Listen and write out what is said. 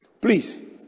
please